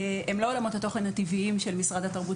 הם לא עולמות התוכן הטבעיים של משרד התרבות